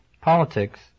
politics